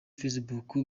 facebook